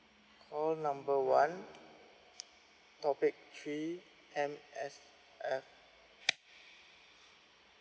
call number one topic three M_S_F